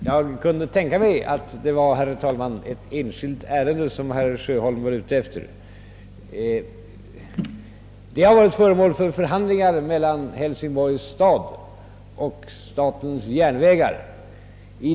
Herr talman! Jag kunde tänka mig det, att det var ett enskilt ärende som herr Sjöholm var ute efter. Detta ärende har varit föremål för förhandlingar mellan Hälsingborgs stad och statens järnvägar.